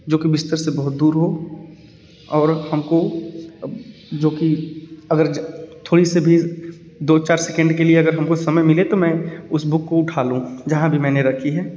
जो कि बिस्तर से बहुत दूर हो और हमको अब जो कि अगर थोड़ी सी भी दो चार सेकेंड के लिए अगर हमको समय मिले तो मैं उस बुक को उठा लूँ जहाँ भी मैंने रखी है